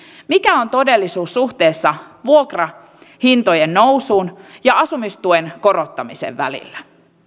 mikä on todellisuus suhteessa vuokrahintojen nousun ja asumistuen korottamisen välillä